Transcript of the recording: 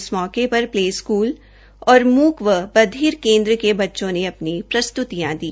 इस मौकेपर play school और मूक व बधिर केन्द्र के बच्चों ने अपनी प्रस्त्र्तियां दी